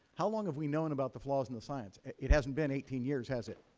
how long have we known about the flaws in the science? it hasn't been eighteen years. has it?